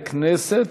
ולוועדת הכנסת.